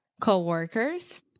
Co-workers